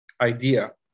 idea